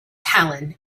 tallinn